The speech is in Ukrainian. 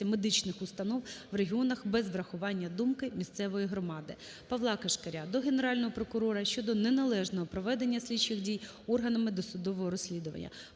медичних установ в регіонах без врахування думки місцевої громади. Павла Кишкаря до Генерального прокурора щодо неналежного проведення слідчих дій органами досудового розслідування.